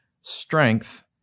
strength